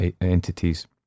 entities